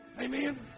Amen